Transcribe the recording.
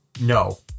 No